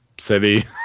City